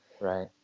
Right